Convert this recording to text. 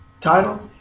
title